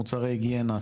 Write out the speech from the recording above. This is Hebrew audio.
מוצרי היגיינה,